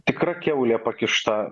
tikra kiaulė pakišta